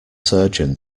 surgeon